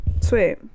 Sweet